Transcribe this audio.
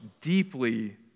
deeply